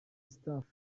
staff